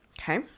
okay